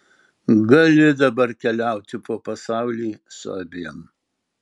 gali dabar keliauti po pasaulį su abiem